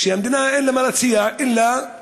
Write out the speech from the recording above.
המדינה, אין לה מה להציע אלא היא